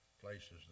places